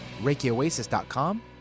ReikiOasis.com